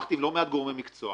שוחחתי עם לא מעט גורמי מקצוע